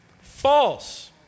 False